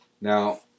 Now